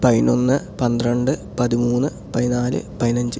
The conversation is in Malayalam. പതിനൊന്ന് പന്ത്രണ്ട് പതിമൂന്ന് പതിനാല് പതിനഞ്ച്